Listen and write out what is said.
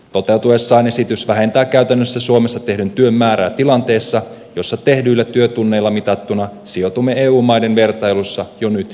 toteutuessaan esitys vähentää käytännössä suomessa tehdyn työn määrää tilanteessa jossa tehdyillä työtunneilla mitattuna sijoitumme eu maiden vertailussa jo nyt häntäpäähän